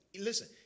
Listen